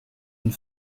une